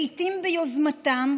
לעיתים ביוזמתם,